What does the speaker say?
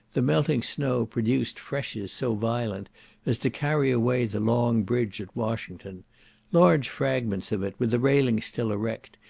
the melting snow produced freshes so violent as to carry away the long bridge at washington large fragments of it, with the railing still erect,